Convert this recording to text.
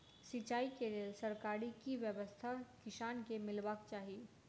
सिंचाई केँ लेल सरकारी की व्यवस्था किसान केँ मीलबाक चाहि?